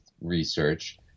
research